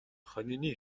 хонины